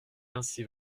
ainsi